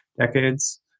decades